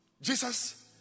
Jesus